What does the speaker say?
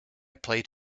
played